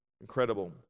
Incredible